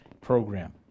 program